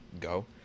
go